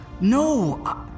No